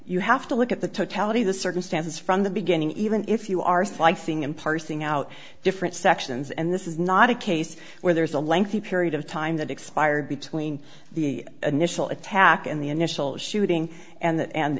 you have to look at the totality of the circumstances from the beginning even if you are slicing and parsing out different sections and this is not a case where there is a lengthy period of time that expired between the initial attack in the initial shooting and